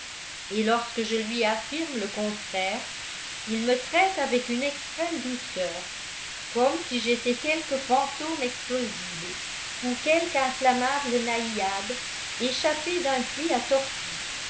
et lorsque je lui affirme le contraire il me traite avec une extrême douceur comme si j'étais quelque fantôme explosible ou quelque inflammable naïade échappée d'un puits à torpilles